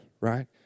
right